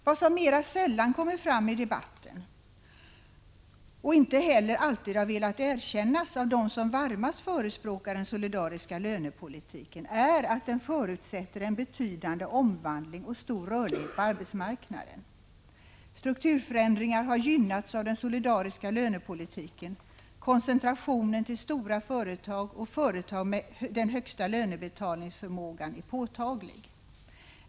Vad som mera sällan kommer fram i debatten och inte heller alltid har erkänts av dem som varmast förespråkar den solidariska lönepolitiken är att den förutsätter en betydande omvandling och stor rörlighet på arbetsmarknaden. Strukturförändringar har gynnats av den solidariska lönepolitiken. Koncentrationen till stora företag och företag med den högsta lönebetalningsförmågan är påtaglig.